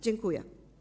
Dziękuję.